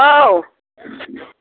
औ